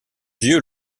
yeux